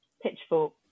Pitchfork